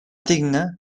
digne